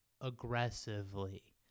aggressively